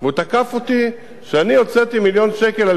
והוא תקף אותי שאני הוצאתי מיליון שקל על